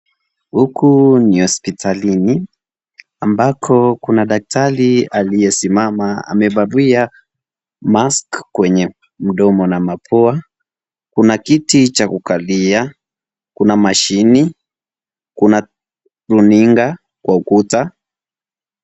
Huku ni hospitalini ambako kuna daktari aliyesimama, amevalia mask kwenye mdomo na mapua. Kuna kiti cha kukalia, kuna mashini, kuna runinga kwa ukuta.